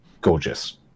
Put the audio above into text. gorgeous